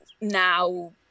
now